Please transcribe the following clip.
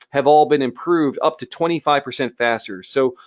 have all been improved up to twenty five percent faster. so,